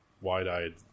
wide-eyed